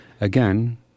Again